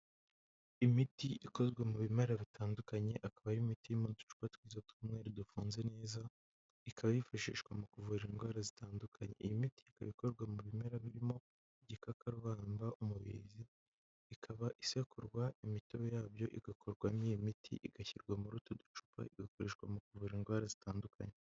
Imiti ikozwe mu bimera bitandukanye akaba ari imiti iri mu ducupa tw'umweru dufunze neza, ikaba yifashishwa mu kuvura indwara zitandukanye, iyi miti ika ikorwa mu bimera birimo igikakabamba, umubiri, ikaba isekurwa imitobe yabyo igakorwamo imiti igashyirwa muri utwo ducupa igakoreshwa mu kuvura indwara zitandukanye.